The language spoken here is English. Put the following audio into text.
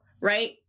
right